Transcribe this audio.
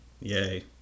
yay